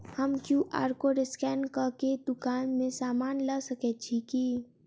हम QR code scan कऽ केँ दुकान मे समान लऽ सकैत छी की?